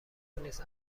نیست